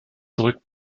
zurück